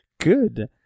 Good